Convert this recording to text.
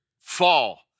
fall